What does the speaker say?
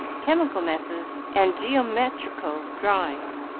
chemical messes, and geometrical drawings,